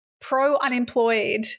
pro-unemployed